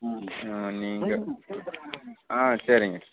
ம் ஆ நீங்கள் ஆ சரிங்க